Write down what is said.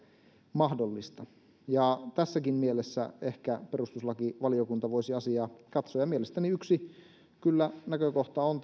mahdollista tässäkin mielessä ehkä perustuslakivaliokunta voisi asiaa katsoa ja mielestäni kyllä yksi näkökohta on